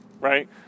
right